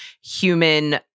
human